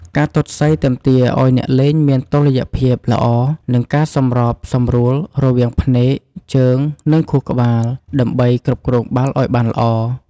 ការទាត់សីទាមទារឱ្យអ្នកលេងមាន តុល្យភាព ល្អ និងការសម្របសម្រួលរវាងភ្នែក ជើង និងខួរក្បាល ដើម្បីគ្រប់គ្រងបាល់ឲ្យបានល្អ។